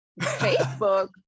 Facebook